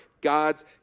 God's